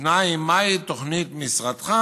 2. מהי תוכנית משרדך